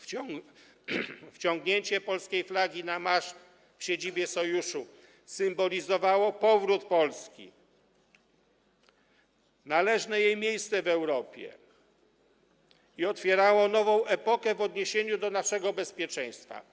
Wciągnięcie polskiej flagi na maszt w siedzibie Sojuszu symbolizowało powrót Polski na należne jej miejsce w Europie i otwierało nową epokę w odniesieniu do naszego bezpieczeństwo.